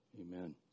Amen